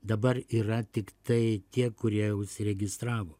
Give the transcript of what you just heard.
dabar yra tiktai tie kurie užsiregistravo